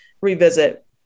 revisit